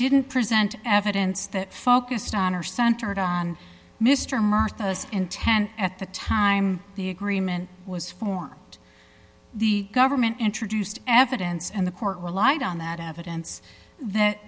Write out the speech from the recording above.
didn't present evidence that focused on or centered on mr murtha's intent at the time the agreement was formed the government introduced evidence and the court relied on that evidence that